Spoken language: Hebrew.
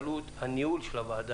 הניהול של הוועדה,